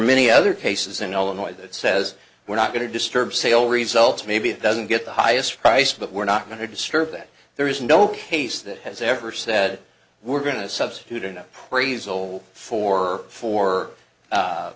other cases in illinois that says we're not going to disturb sale results maybe it doesn't get the highest price but we're not going to disturb that there is no case that has ever said we're going to substitute in appraisal for for a